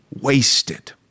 wasted